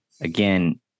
again